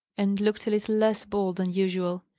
and looked a little less bold than usual.